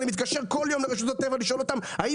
אני מתקשר כל יום לרשות הטבע לשאול אותם האם